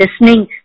listening